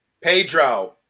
Pedro